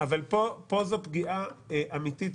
-- פה זו פגיעה אמיתית